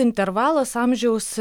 intervalas amžiaus